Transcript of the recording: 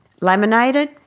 laminated